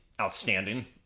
outstanding